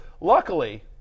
Luckily